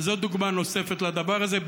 וזאת דוגמה נוספת לדבר הזה,